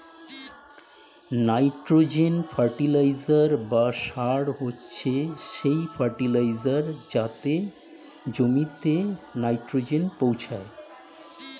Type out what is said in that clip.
nitrogen fertiliser বা সার হচ্ছে সেই ফার্টিলাইজার যাতে জমিতে নাইট্রোজেন পৌঁছায়